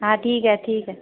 हा ठीकु आहे ठीकु आहे